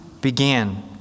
began